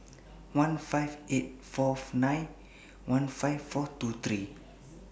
one five eight Fourth nine one five four two three